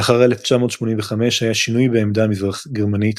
לאחר 1985 היה שינוי בעמדה המזרח גרמנית